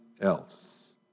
else